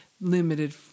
limited